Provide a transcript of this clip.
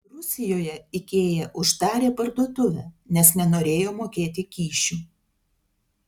rusijoje ikea uždarė parduotuvę nes nenorėjo mokėti kyšių